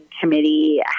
committee